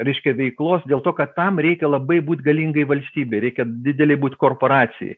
reiškia veiklos dėl to kad tam reikia labai būt galingai valstybei reikia didelei būt korporacijai